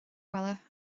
bhaile